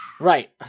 Right